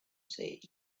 say